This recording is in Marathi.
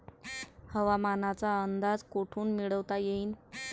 हवामानाचा अंदाज कोठून मिळवता येईन?